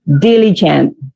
diligent